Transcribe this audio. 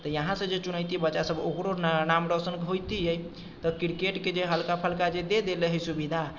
तऽ यहाँसँ जे चुनैतियै बच्चासभ ओकरो नाम रोशन होइतियै तऽ क्रिकेटके जे हल्का फल्का जे दे देले हइ सुविधा